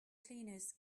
cleaners